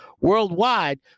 worldwide